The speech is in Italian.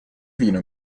vino